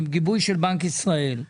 עם גיבוי של בנק ישראל.